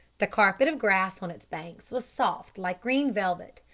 the carpet of grass on its banks was soft like green velvet,